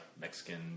mexican